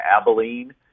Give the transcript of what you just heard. Abilene